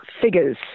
figures